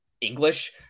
English